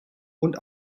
und